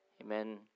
Amen